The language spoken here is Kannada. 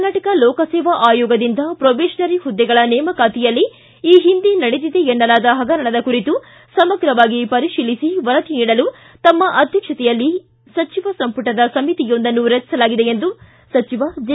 ಕರ್ನಾಟಕ ಲೋಕಸೇವಾ ಅಯೋಗದಿಂದ ಪ್ರೊಬೇಷನರಿ ಮದ್ದೆಗಳ ನೇಮಕಾತಿಯಲ್ಲಿ ಈ ಹಿಂದೆ ನಡೆದಿದೆ ಎನ್ನಲಾದ ಹಗರಣದ ಕುರಿತು ಸಮಗ್ರವಾಗಿ ಪರಿಶೀಲಿಸಿ ವರದಿ ನೀಡಲು ತಮ್ಮ ಅಧ್ಯಕ್ಷತೆಯಲ್ಲಿ ಸಚಿವ ಸಂಪುಟದ ಸಮಿತಿಯೊಂದನ್ನು ರಚಿಸಲಾಗಿದೆ ಎಂದು ಸಚಿವ ಜೆ